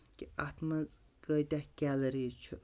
کہِ اَتھ منٛز کۭتیٛاہ کیلریٖز چھُ